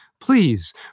please